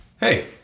Hey